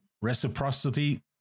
reciprocity